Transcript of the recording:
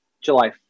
July